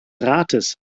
rates